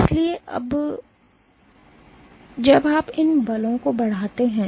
इसलिए और जब आप इन बलों को बढ़ाते हैं